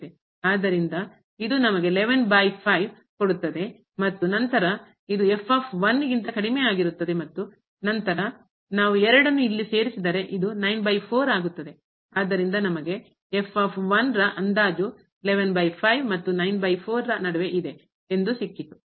ಆದ್ದರಿಂದ ಇದು ನಮಗೆ ಕೊಡುತ್ತದೆ ಮತ್ತು ನಂತರ ಗಿಂತ ಕಡಿಮೆ ಮತ್ತು ನಂತರ ನಾವು ಅನ್ನು ಇಲ್ಲಿ ಸೇರಿಸಿದರೆ ಇದು ಆಗುತ್ತದೆ ಆದ್ದರಿಂದ ನಮಗೆ ಅಂದಾಜು ಮತ್ತು ಎಂದು ಸಿಕ್ಕಿತು